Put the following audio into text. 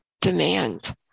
demand